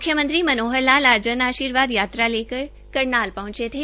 म्ख्यमंत्री मनोहर लाल आज जन आर्शीवाद लेकर करनाल पहंचे थे